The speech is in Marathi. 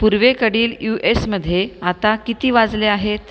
पूर्वेकडील यू एसमध्ये आता किती वाजले आहेत